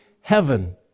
heaven